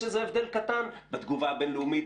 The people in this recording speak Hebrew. יש איזה הבדל קטן בתגובה הבין-לאומית,